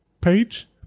page